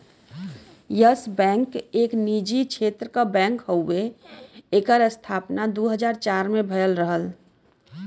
yes Bank एक निजी क्षेत्र क बैंक हउवे एकर स्थापना दू हज़ार चार में भयल रहल